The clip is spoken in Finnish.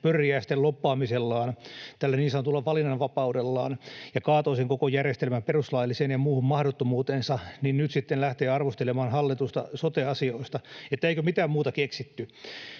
pörriäisten lobbaamisellaan, tällä niin sanotulla valinnanvapaudellaan, ja kaatoi sen koko järjestelmän perustuslailliseen ja muuhun mahdottomuutensa, nyt sitten lähtee arvostelemaan hallitusta sote-asioista. Eikö mitään muuta keksitty?